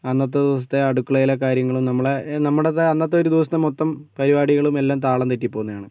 അന്നത്തെ ദിവസത്തെ അടുക്കളയിലെ കാര്യങ്ങള് നമ്മളുടെ നമ്മുടെ അന്നത്തെ ഒരു ദിവസത്തെ മൊത്തം പരിപാടികളും എല്ലാം താളം തെറ്റിപോകുന്ന ആണ്